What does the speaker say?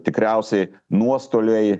tikriausiai nuostoliai